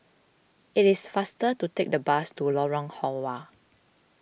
it is faster to take the bus to Lorong Halwa